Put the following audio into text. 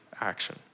action